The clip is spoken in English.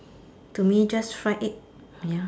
to me just fried egg ya